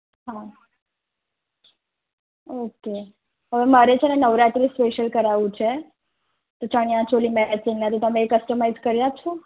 હા ઓકે મારે છે ને નવરાત્રી સ્પેશ્યલ કરાવવું છે તો ચણિયાચોલી મેચિંગને તો તમે એ કસ્ટમાઈઝ કરી આપશો